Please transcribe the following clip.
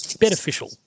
beneficial